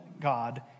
God